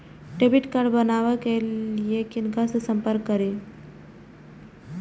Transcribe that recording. Debit card बनावे के लिए किनका से संपर्क करी?